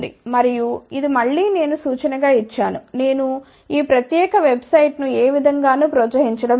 మరియు ఇది మళ్ళీ నేను సూచనగా ఇచ్చాను నేను ఈ ప్రత్యేక వెబ్సైట్ను ఏ విధంగానూ ప్రోత్సహించడం లేదు